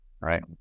right